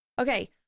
Okay